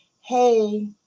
hey